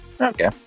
Okay